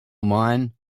mine